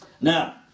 Now